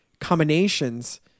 combinations